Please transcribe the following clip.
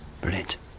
Brilliant